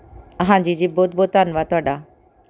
ਹਾਂਜੀ ਜੀ ਬਹੁਤ ਬਹੁਤ ਧੰਨਵਾਦ ਤੁਹਾਡਾ